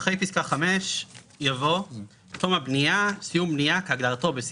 "אחרי פסקה (3ב) יבוא: "(3ג) "השכרה לטווח ארוך"